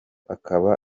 akaba